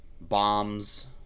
bombs